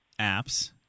apps